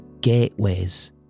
gateways